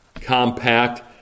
compact